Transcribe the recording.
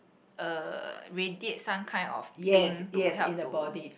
uh radiate some kind of thing to help to